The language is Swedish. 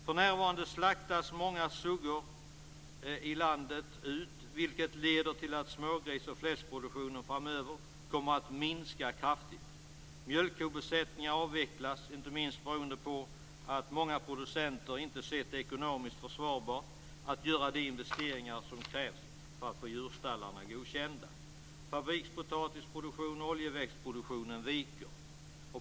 För närvarande slaktas många suggor i landet ut, vilket leder till att smågris och fläskproduktionen framöver kommer att minska kraftigt. Mjölkkobesättningar avvecklas, inte minst beroende på att många producenter inte sett det som ekonomiskt försvarbart att göra de investeringar som krävs för att få djurstallarna godkända. Fabrikspotatisproduktionen och oljeväxtproduktionen viker.